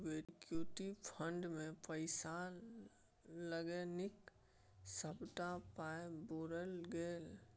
equity fund मे पैसा लगेलनि सभटा पाय बुरि गेल